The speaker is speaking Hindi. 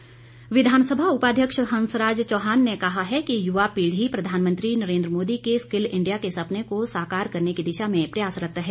हंसराज विधानसभा उपाध्यक्ष हंसराज चौहान ने कहा है कि युवा पीढ़ी प्रधानमंत्री नरेन्द्र मोदी के स्किल इंडिया के सपने को साकार करने की दिशा में प्रयासरत है